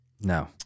no